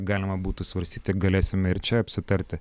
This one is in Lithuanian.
galima būtų svarstyti galėsime ir čia apsitarti